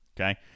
okay